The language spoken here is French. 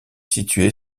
située